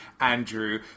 Andrew